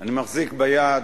אני מחזיק ביד